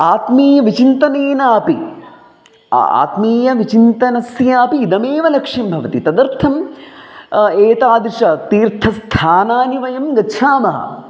आत्मीयविचिन्तनेन अपि आत्मीयविचिन्तनस्यापि इदमेव लक्ष्यं भवति तदर्थम् एतादृशतीर्थस्थानानि वयं गच्छामः